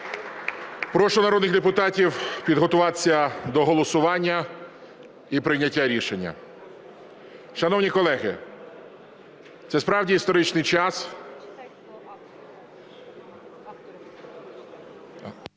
прошу народних депутатів підготуватися до голосування і прийняття рішення. Шановні колеги, це справді історичний час…